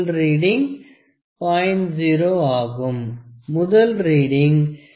0 ஆகும் முதல் ரீடிங் 0